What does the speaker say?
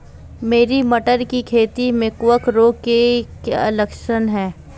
मेरी मटर की खेती में कवक रोग के लक्षण क्या हैं?